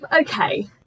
Okay